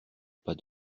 pas